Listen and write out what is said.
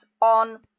on